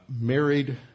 married